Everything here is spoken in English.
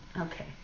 Okay